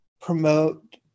promote